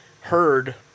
heard